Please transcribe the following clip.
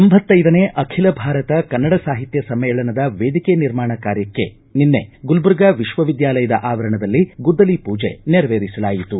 ಎಂಭತ್ತೈದನೇ ಅಖಿಲ ಭಾರತ ಕನ್ನಡ ಸಾಹಿತ್ಯ ಸಮ್ಮೇಳನದ ವೇದಿಕೆ ನಿರ್ಮಾಣ ಕಾರ್ಯಕ್ಕೆ ನಿನ್ನೆ ಗುಲಬರ್ಗಾ ವಿಶ್ವವಿದ್ಯಾಲಯದ ಆವರಣದಲ್ಲಿ ಗುದ್ದಲಿ ಪೂಜೆ ನೆರವೇರಿಸಲಾಯಿತು